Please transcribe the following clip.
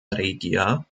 regia